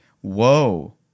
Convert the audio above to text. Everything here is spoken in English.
whoa